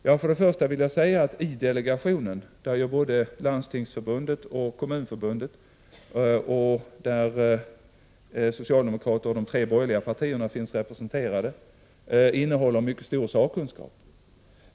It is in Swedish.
Först och främst vill jag säga att delegationen, där både Landstingsförbundet och Kommunförbundet samt socialdemokraterna och de tre borgerliga partierna är företrädda, representerar en mycket stor sakkunskap.